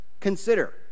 consider